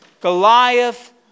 Goliath